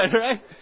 right